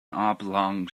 oblong